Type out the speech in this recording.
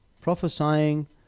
prophesying